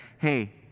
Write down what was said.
hey